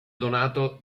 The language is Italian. donato